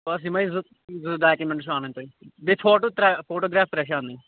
بَس یِمے زٕ زٕ ڈاکمیٚنٹٕس چھِ اَنٕنۍ تۅہہِ بیٚیہِ فوٹوٗ ترٛےٚ فوٹوٗگرٛاف ترٛےٚ چھِ اَنٕنۍ